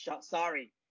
sorry